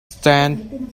stand